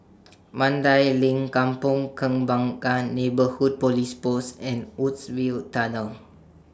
Mandai LINK Kampong Kembangan Neighbourhood Police Post and Woodsville Tunnel